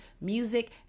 music